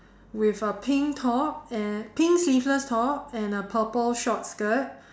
with a pink top and pink sleeveless top and a purple short skirt